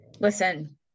Listen